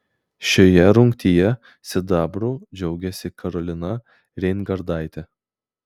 šioje rungtyje sidabru džiaugėsi karolina reingardtaitė